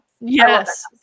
yes